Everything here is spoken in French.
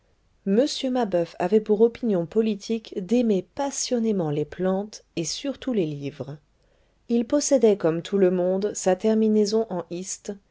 m mabeuf avait pour opinion politique d'aimer passionnément les plantes et surtout les livres il possédait comme tout le monde sa terminaison en iste